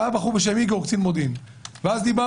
זה היה מול קצין מודיעין בשם איגור.